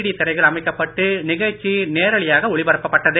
D திரைகள் அமைக்கப்பட்டு நிகழ்ச்சி நேரலையாக ஒலிப்பரப்பப்பட்டது